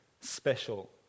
special